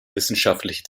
wissenschaftliche